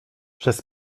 przez